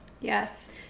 Yes